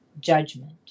judgment